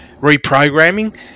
reprogramming